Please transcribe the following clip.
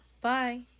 Bye